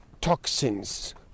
toxins